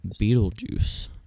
Beetlejuice